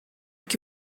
que